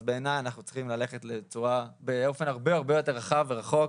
אז בעייני אנחנו צריכים ללכת באופן הרבה יותר רחב ורחוק,